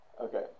Okay